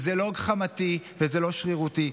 זה לא גחמתי וזה לא שרירותי.